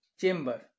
chamber